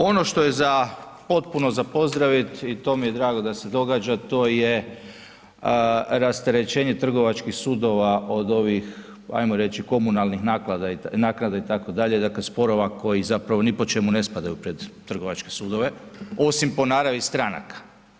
Ono što je potpuno za pozdravit i to mi je drago da se događa, to je rasterećenje trgovačkih sudova od ovih ajmo reći, komunalnih naknada itd., dakle sporova koji zapravo ni po čemu ne spadaju pred trgovačke sudove osim po naravi stranaka.